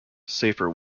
safer